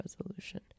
resolution